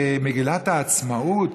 מגילת העצמאות,